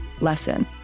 lesson